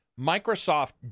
Microsoft